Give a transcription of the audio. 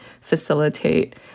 facilitate